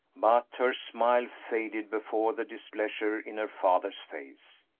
but her smile faded before the displeasure in her father's face.